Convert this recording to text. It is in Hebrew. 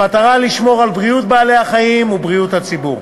במטרה לשמור על בריאות בעלי-החיים ובריאות הציבור.